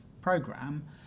program